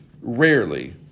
rarely